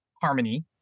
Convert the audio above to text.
harmony